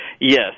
Yes